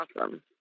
awesome